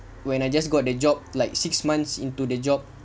when I just got the job like six months into the job